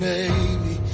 Baby